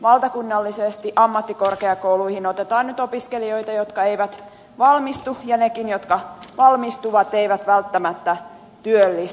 valtakunnallisesti ammattikorkeakouluihin otetaan nyt opiskelijoita jotka eivät valmistu ja nekin jotka valmistuvat eivät välttämättä työllisty